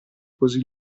così